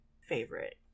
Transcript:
favorite